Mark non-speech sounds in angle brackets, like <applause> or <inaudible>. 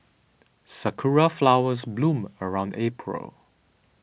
<noise> sakura flowers bloom around April